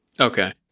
Okay